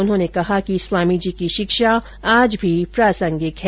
उन्होंने कहा कि स्वामीजी की शिक्षा आज भी प्रासंगिक है